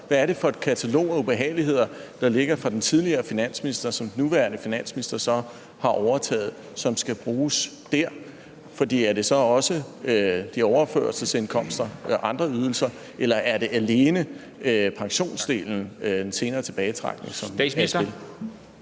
Hvad er det for et katalog af ubehageligheder, der ligger fra den tidligere finansminister, som den nuværende finansminister har overtaget, og som skal bruges der? Er det så også overførselsindkomster og andre ydelser, eller er det alene pensionsdelen, den senere tilbagetrækning,